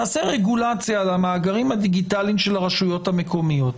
תעשה רגולציה על המאגרים הדיגיטליים של הרשויות המקומיות.